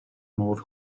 modd